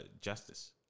justice